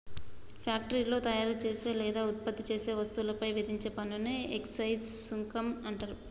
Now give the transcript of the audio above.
ఫ్యాక్టరీలో తయారుచేసే లేదా ఉత్పత్తి చేసే వస్తువులపై విధించే పన్నుని ఎక్సైజ్ సుంకం అంటరు